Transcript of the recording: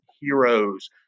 Heroes